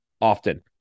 often